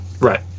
Right